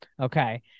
okay